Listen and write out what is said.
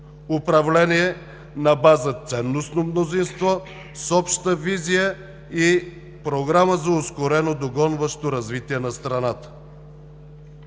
управление на база ценностно мнозинство с обща визия и програма за ускорено догонващо развитие на страната.